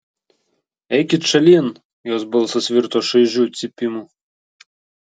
eikit šalin jos balsas virto šaižiu cypimu